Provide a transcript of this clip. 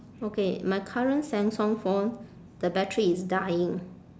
okay my current samsung phone the battery is dying